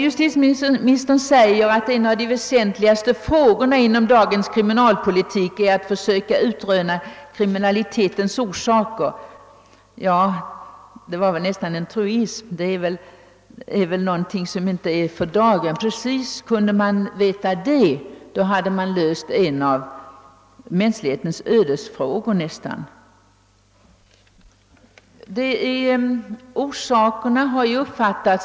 Justitieministern säger att en av de väsentligaste frågorna inom dagens kriminalpolitik är att försöka utröna kriminalitetens orsaker. Det var väl nästan en truism — detta är inte precis någon nyhet för dagen. Kände vi till dessa orsaker, hade vi därmed nästan löst en av mänsklighetens ödesfrågor.